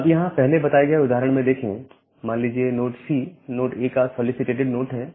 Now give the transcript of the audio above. अब यहां पहले बताए उदाहरण में देखें मान लीजिए कि नोड C नोड A का सॉलीसीटेड नोड है